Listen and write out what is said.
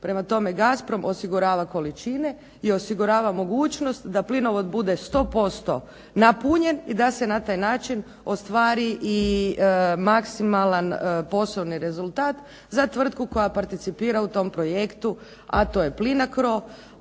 Prema tome, "Gasprom" osigurava količine i osigurava mogućnost da plinovod bude 100% napunjen i da se na taj način ostvari i maksimalan poslovni rezultat za tvrtku koja participira u tom projektu, a to je "Plinacro",